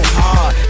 hard